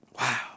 Wow